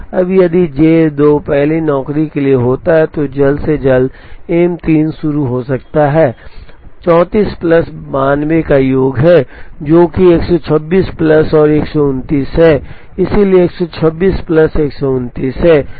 अब यदि जे 2 पहली नौकरी के लिए होता है तो जल्द से जल्द एम 3 शुरू हो सकता है 34 प्लस 92 का योग है जो कि 126 प्लस और 129 है इसलिए 126 प्लस 129 है